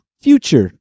future